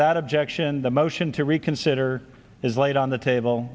without objection the motion to reconsider is laid on the table